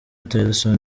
tillerson